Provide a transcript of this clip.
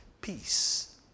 peace